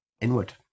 inward